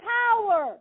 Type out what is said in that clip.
power